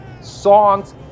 songs